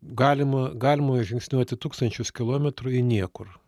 galima galima žingsniuoti tūkstančius kilometrų į niekur